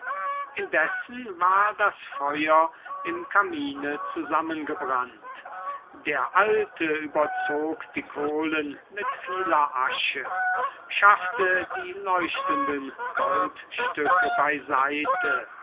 indessen war das feuer im kamine zusammengebrannt der alte überzog die kohlen mit vieler asche schaffte die leuchtenden goldstücke beiseite